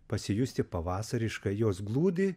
pasijusti pavasariškai jos glūdi